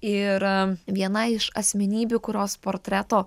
ir viena iš asmenybių kurios portreto